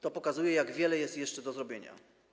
To pokazuje, jak wiele jest jeszcze do zrobienia.